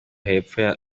hepfo